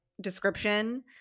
description